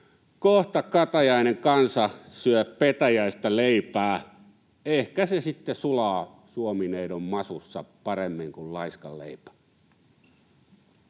Kohta katajainen kansa syö petäjäistä leipää. Ehkä se sitten sulaa Suomi-neidon masussa paremmin kuin laiskan leipä.